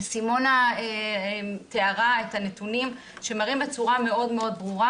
סימונה תיארה את הנתונים שמראים בצורה מאוד ברורה